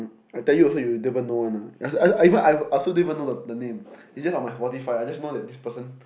I tell you also you will never know one lah I I even I also don't know the name it's just on my Spotify I just know that this person